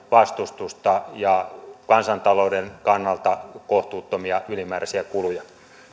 vastustusta ja kansantalouden kannalta kohtuuttomia ylimääräisiä kuluja